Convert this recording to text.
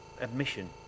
admission